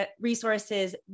resources